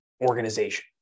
organization